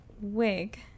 wig